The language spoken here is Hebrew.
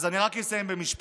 אז אני רק אסיים במשפט: